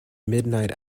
midnight